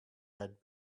had